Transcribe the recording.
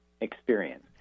experience